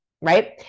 right